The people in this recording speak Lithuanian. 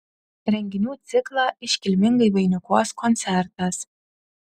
renginių ciklą iškilmingai vainikuos koncertas